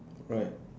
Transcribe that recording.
right